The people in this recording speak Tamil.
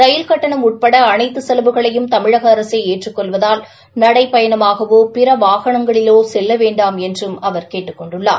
ரயில் கட்டணம் உட்பட அனைத்து செலவுகளையும் தமிழக அரசே ஏற்றுக் கொள்வதால் நகைட பயணமாகவோ பிற வாகனங்களிலேயே செல்ல வேண்டாம் என்றும் அவர் கேட்டுக் கொண்டுள்ளார்